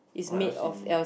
on L_C_D